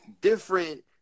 different